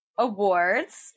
Awards